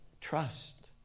Trust